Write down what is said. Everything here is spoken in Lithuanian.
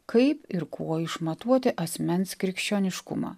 kaip ir kuo išmatuoti asmens krikščioniškumą